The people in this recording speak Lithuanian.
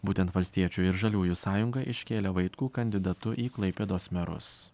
būtent valstiečių ir žaliųjų sąjunga iškėlė vaitkų kandidatu į klaipėdos merus